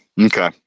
Okay